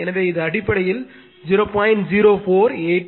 எனவே இது அடிப்படையில் 0